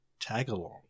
Tagalong